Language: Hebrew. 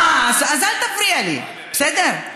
אהה, אז אל תפריע לי, בסדר?